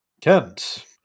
Kent